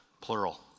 Plural